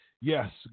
Yes